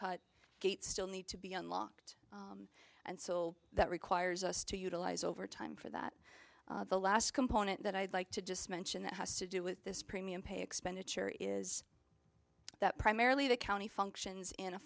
cut great still need to be unlocked and so that requires us to utilize overtime for that the last component that i'd like to just mention that has to do with this premium pay expenditure is that primarily the county functions in a